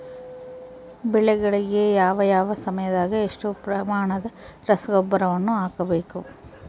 ಬೆಳೆಗಳಿಗೆ ಯಾವ ಯಾವ ಸಮಯದಾಗ ಎಷ್ಟು ಪ್ರಮಾಣದ ರಸಗೊಬ್ಬರವನ್ನು ಹಾಕಬೇಕು?